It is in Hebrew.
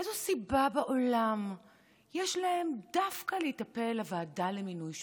איזו סיבה בעולם יש להם דווקא להיטפל לוועדה למינוי שופטים?